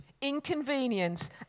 inconvenience